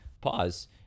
pause